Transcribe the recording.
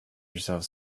yourself